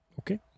Okay